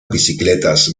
bicicletas